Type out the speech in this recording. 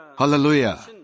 Hallelujah